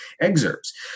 excerpts